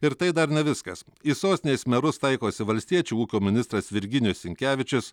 ir tai dar ne viskas į sostinės merus taikosi valstiečių ūkio ministras virginijus sinkevičius